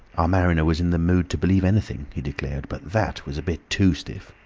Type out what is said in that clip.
our mariner was in the mood to believe anything, he declared, but that was a bit too stiff.